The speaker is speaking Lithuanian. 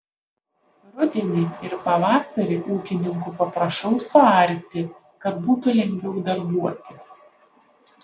rudenį ir pavasarį ūkininkų paprašau suarti kad būtų lengviau darbuotis